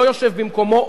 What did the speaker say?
לא יושב במקומו,